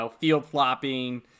field-flopping